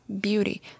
beauty